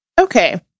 Okay